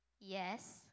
Yes